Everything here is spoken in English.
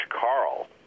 Carl